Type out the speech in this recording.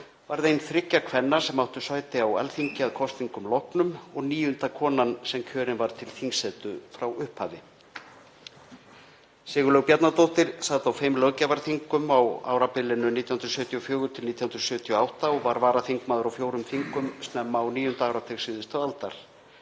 varð ein þriggja kvenna sem áttu sæti á Alþingi að kosningum loknum og níunda konan sem kjörin var til þingsetu frá upphafi. Sigurlaug Bjarnadóttir sat á fimm löggjafarþingum á árabilinu 1974–1978 og var varaþingmaður á fjórum þingum snemma á 9. áratug síðustu aldar.